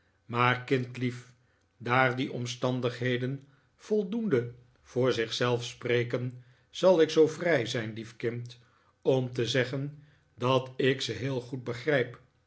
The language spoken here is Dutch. maar kindlief daar die omstandigheden voldoende voor zich zelf spreken zal ik zoo vrij zijn kindlief om te zeggen dat ik ze heel goed begrijp